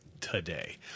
today